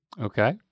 Okay